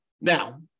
Now